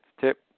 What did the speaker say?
tip